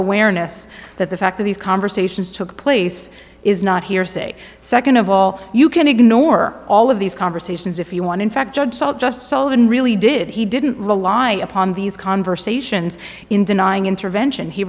awareness that the fact that these conversations took place is not hearsay second of all you can ignore all of these conversations if you want in fact judge just sullivan really did he didn't rely upon these conversations in denying intervention he